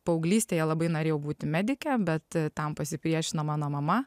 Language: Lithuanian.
paauglystėje labai norėjau būti medike bet tam pasipriešino mano mama